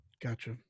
Gotcha